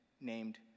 named